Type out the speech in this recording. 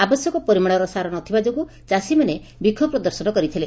ଆବଶ୍ୟକ ପରିମାଣର ସାର ନ ଥିବା ଯୋଗୁଁ ଚାଷୀମାନେ ବିକ୍ଷୋଭ ପ୍ରଦର୍ଶନ କରିଥିଲେ